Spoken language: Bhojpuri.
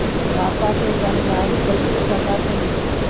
खाता के जानकारी कइसे पता चली?